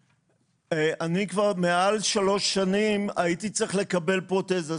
ואני כבר מעל שלוש שנים הייתי צריך לקבל פרוטזה.